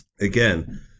again